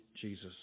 Jesus